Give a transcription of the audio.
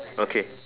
okay